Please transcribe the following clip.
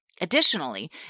Additionally